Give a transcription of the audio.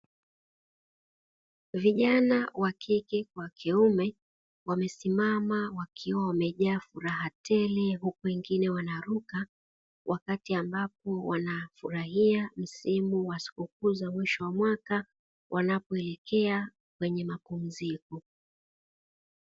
Vijana wa kike kwa wa kiume wamesimama wakiwa wamejawa furaha tele huku wengine wanaruka, wakati ambapo wanafurahia msimu wa sikukuu za mwisho wa mwaka, wanapoelekea kwenye mapumziko.